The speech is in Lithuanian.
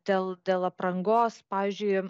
dėl dėl aprangos pavyzdžiui